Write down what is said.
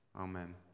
Amen